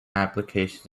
applications